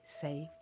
safe